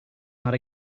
not